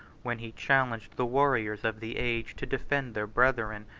when he challenged the warriors of the age to defend their brethren,